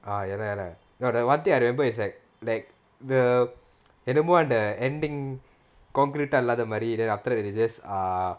ah ya lah ya lah no the [one] thing I remember is like like the என்னமோ:ennamo the ending concrete இல்லாத மாரி:illatha maari then after that they just err